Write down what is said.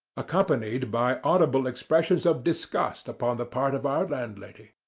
accompanied by audible expressions of disgust upon the part of our landlady.